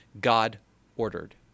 God-ordered